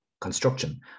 construction